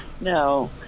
No